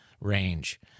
range